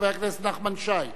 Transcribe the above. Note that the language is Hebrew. חבר הכנסת נחמן שי.